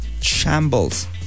Shambles